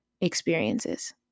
experiences